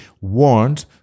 warned